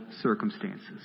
circumstances